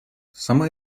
сама